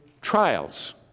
trials